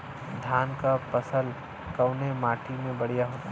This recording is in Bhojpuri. धान क फसल कवने माटी में बढ़ियां होला?